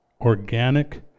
organic